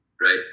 Right